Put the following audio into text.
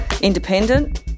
independent